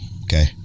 Okay